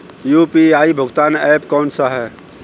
UPI भुगतान app कौन सा है?